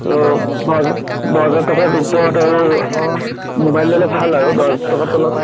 ছ' হ'ল দহ হাজাৰ টকাৰ ওপৰত আৰু মোবাইল ল'লে ভাল আৰু দহ হাজাৰ টকাৰ তলত